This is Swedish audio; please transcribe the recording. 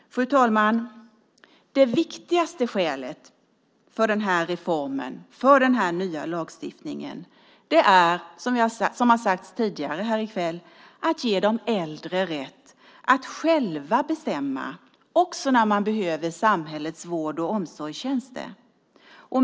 Fru talman! Det viktigaste skälet för den här reformen, för den här nya lagstiftningen, är - som sagts tidigare här i kväll - att de äldre ges rätten att själva bestämma också när de behöver samhällets vård och omsorgstjänster.